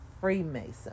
Freemason